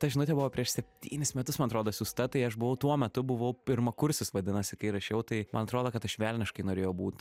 ta žinutė buvo prieš septynis metus man atrodo siųsta tai aš buvau tuo metu buvau pirmakursis vadinasi kai rašiau tai man atrodo kad aš velniškai norėjau būt